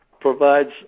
provides